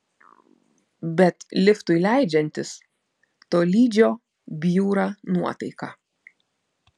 bet liftui leidžiantis tolydžio bjūra nuotaika